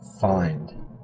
Find